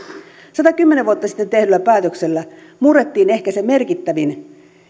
satakymmentä vuotta sitten tehdyllä päätöksellä murrettiin ehkä se merkittävin